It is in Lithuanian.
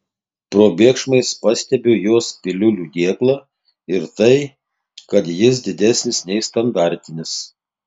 probėgšmais pastebiu jos piliulių dėklą ir tai kad jis didesnis nei standartinis